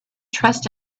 trust